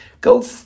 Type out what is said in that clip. Go